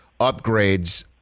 upgrades